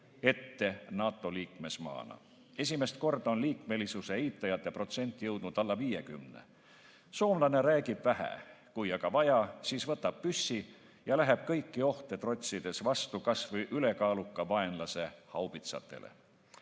ette NATO liikmesmaana. Esimest korda on liikmesuse eitajate protsent jõudnud alla 50. Soomlane räägib vähe, aga kui vaja, siis võtab püssi ja läheb kõiki ohte trotsides vastu kas või ülekaaluka vaenlase haubitsale.